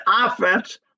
offense